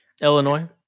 Illinois